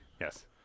Yes